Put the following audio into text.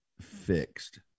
fixed